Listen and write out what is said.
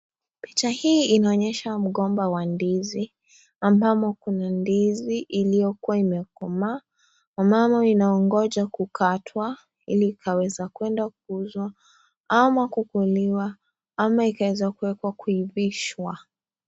Picha hii inaonyesha mgomba wa ndizi, ambamo kuna ndizi iliyokuwa imekomaa ambamo inaongoja kukatwa ili ikaweza kwende kuuzwa ama kukuliwa ama ikaweze kuweka kuivishwa.